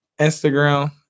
Instagram